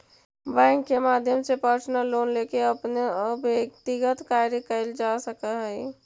bank के माध्यम से पर्सनल लोन लेके अपन व्यक्तिगत कार्य कैल जा सकऽ हइ